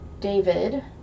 david